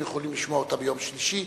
היינו יכולים לשמוע אותה ביום שלישי.